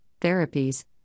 therapies